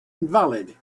invalid